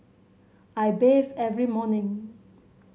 I bathe every morning